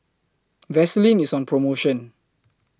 Vaselin IS on promotion